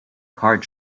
card